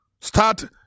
Start